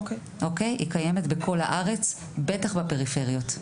היא קיימת בכל הארץ, בטח בפריפריות.